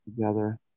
together